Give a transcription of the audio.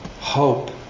hope